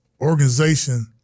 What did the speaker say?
organization